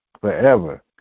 Forever